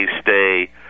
stay